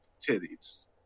titties